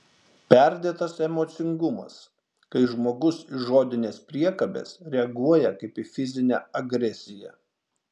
perdėtas emocingumas kai žmogus į žodines priekabes reaguoja kaip į fizinę agresiją